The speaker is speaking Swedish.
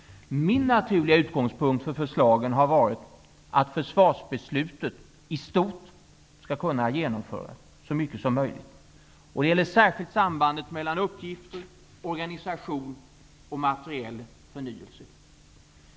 Min naturliga utgångspunkt för förslagen har varit att försvarsbeslutet i stort skall kunna genomföras. Det gäller särskilt sambandet mellan uppgifter, organisation och materiell förnyelse.